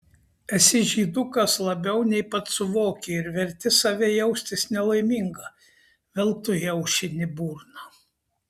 esi žydukas labiau nei pats suvoki ir verti save jaustis nelaimingą veltui aušini burną